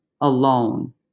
alone